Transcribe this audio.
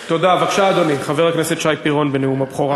בבקשה, אדוני, חבר הכנסת שי פירון, בנאום הבכורה.